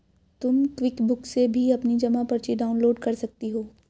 तुम क्विकबुक से भी अपनी जमा पर्ची डाउनलोड कर सकती हो